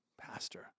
pastor